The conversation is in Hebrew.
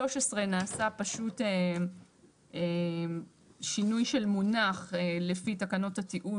ב-13 נעשה פשוט שינוי של מונח לפי תקנות התיעוד.